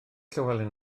llywelyn